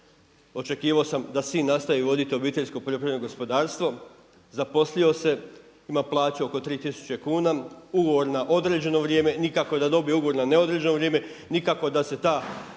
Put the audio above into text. Očekivao sam da sin nastavi voditi obiteljsko poljoprivredno gospodarstvo, zaposlio se, ima plaću oko 3000 kuna, ugovor na određeno vrijeme. Nikako da dobije ugovor na neodređeno vrijeme, nikako da se ta